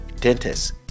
dentists